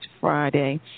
Friday